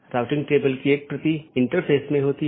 BGP एक बाहरी gateway protocol है